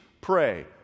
pray